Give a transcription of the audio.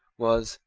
was,